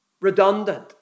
redundant